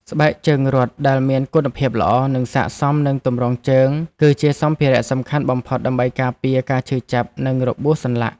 ស្បែកជើងរត់ដែលមានគុណភាពល្អ និងស័ក្តិសមនឹងទម្រង់ជើង គឺជាសម្ភារៈសំខាន់បំផុតដើម្បីការពារការឈឺចាប់ និងរបួសសន្លាក់។